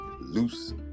loose